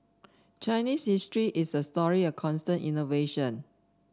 Chinese history is a story of constant innovation